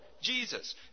Jesus